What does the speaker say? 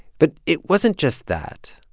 but it wasn't just that.